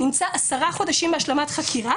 עשרה חודשים בהשלמת חקירה